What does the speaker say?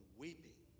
weeping